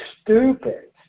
stupid